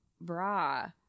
bra